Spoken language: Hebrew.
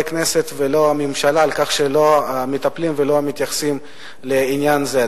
הכנסת ולא את הממשלה שלא מטפלים ולא מתייחסים לעניין זה.